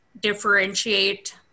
differentiate